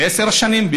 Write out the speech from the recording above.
בעשר השנים האחרונות?